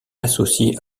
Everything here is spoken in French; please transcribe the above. associé